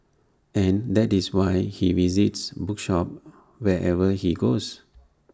and that is why he visits bookshops wherever he goes